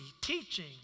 teaching